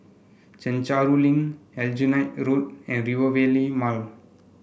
Chencharu Link Aljunied Road and Rivervale Mall